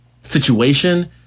situation